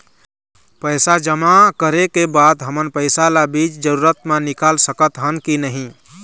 पैसा जमा करे के बाद हमन पैसा ला बीच जरूरत मे निकाल सकत हन की नहीं?